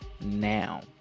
now